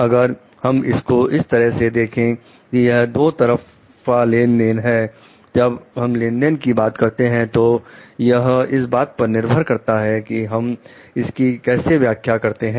अगर हम इसको इस तरह से देखें कि यह दो तरफा लेन देन है जब हम लेन देन की बात करते हैं तो यह इस बात पर निर्भर करता है कि हम इसकी कैसे व्याख्या करते हैं